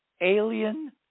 alien